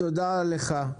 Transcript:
תודה לך.